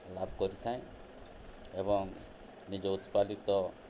ଲାଭ କରିଥାଏ ଏବଂ ନିଜ ଉତ୍ପାଦିତ